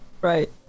Right